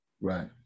Right